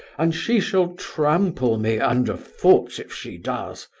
and she shall trample me underfoot if she does.